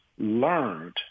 learned